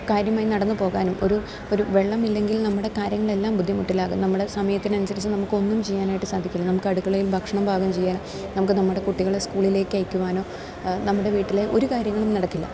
കാര്യമായി നടന്നു പോകാനും ഒരു ഒരു വെള്ളമില്ലെങ്കിൽ നമ്മുടെ കാര്യങ്ങളെല്ലാം ബുദ്ധിമുട്ടിലാകും നമ്മുടെ സമയത്തിനനുസരിച്ച് നമുക്കൊന്നും ചെയ്യാനായിട്ട് സാധിക്കില്ല നമുക്ക് അടുക്കളയില് ഭക്ഷണം പാകം ചെയ്യാനും നമുക്ക് നമ്മുടെ കുട്ടികളെ സ്കൂളിലേക്ക് അയക്കുവാനോ നമ്മുടെ വീട്ടിലെ ഒരു കാര്യങ്ങളും നടക്കില്ല